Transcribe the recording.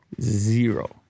Zero